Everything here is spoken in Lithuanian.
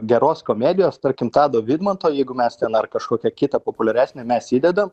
geros komedijos tarkim tado vidmanto jeigu mes ten ar kažkokią kitą populiaresnę mes įdedam